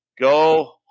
Go